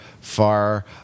far